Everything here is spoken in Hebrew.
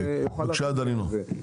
מקלב: אני אתייחס לזה בסקירה שלי.